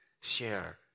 share